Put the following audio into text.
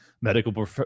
medical